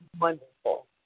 Wonderful